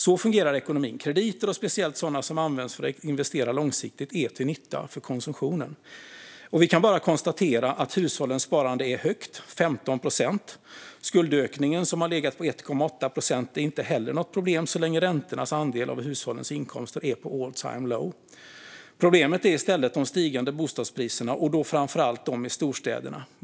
Så fungerar ekonomin: Krediter, speciellt sådana som används för att investera långsiktigt, är till nytta för konsumtionen. Vi kan bara konstatera att hushållens sparande är högt: 15 procent. Skuldökningen, som har legat på 1,8 procent, är heller inget problem så länge räntornas andel av hushållens inkomster är på all time low. Problemet är i stället de stigande bostadspriserna, och då framför allt de i storstäderna.